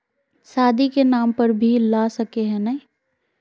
शादी के नाम पर भी ला सके है नय?